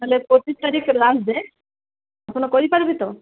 ହେଲେ ପଚିଶ ତାରିଖ ଲାଷ୍ଟ ଡେଟ୍ ଆପଣ କରିପାରିବେ ତ